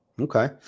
Okay